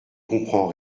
comprends